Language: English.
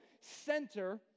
center